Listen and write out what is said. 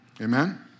Amen